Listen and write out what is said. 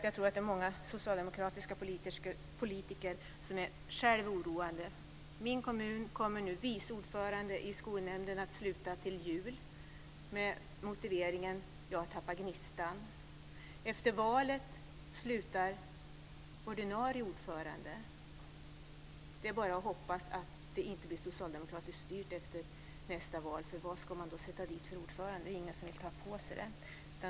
Jag tror att det är många socialdemokratiska politiker som är själva oroade. I min kommun vice ordföranden i skolnämnden att sluta till jul med motiveringen: Jag har tappat gnistan. Efter valet slutar ordinarie ordförande. Det är bara att hoppas att det inte blir socialdemokratiskt styrt efter nästa val, för vem ska man sätta dit som ordförande? Det är ingen som vill ta på sig det.